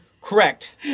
Correct